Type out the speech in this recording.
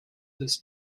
this